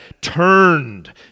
turned